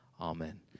Amen